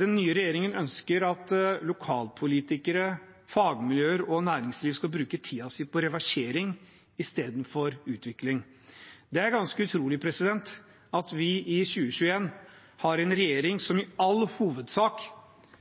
Den nye regjeringen ønsker at lokalpolitikere, fagmiljøer og næringslivet skal bruke tiden sin på reversering istedenfor utvikling. Det er ganske utrolig at vi i 2021 har en regjering